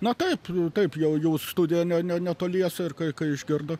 na taip taip jau jų studija ne ne netoliese ir kai kai išgirdo